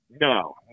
No